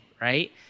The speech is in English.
right